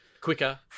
quicker